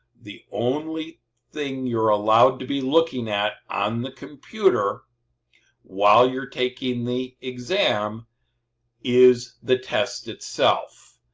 the only thing you're allowed to be looking at on the computer while you're taking the exam is the test itself,